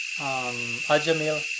Ajamil